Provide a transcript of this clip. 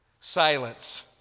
silence